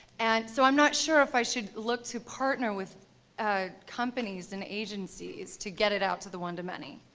and so i'm not sure if i should look to partner with ah companies and agencies to get it out to the one to many.